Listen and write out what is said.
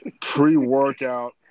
pre-workout